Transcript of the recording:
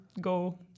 go